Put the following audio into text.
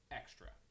extra